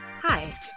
Hi